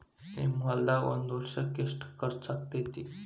ನಿಮ್ಮ ಹೊಲ್ದಾಗ ಒಂದ್ ವರ್ಷಕ್ಕ ಎಷ್ಟ ಖರ್ಚ್ ಆಕ್ಕೆತಿ?